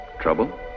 trouble